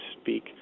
speak